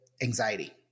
anxiety